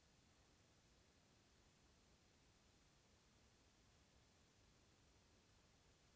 RTGS లేదా NEFT చేయడానికి ఎంత శాతం సర్విస్ ఛార్జీలు ఉంటాయి?